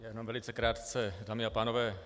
Jenom velice krátce, dámy a pánové.